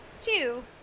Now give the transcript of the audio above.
two